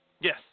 Yes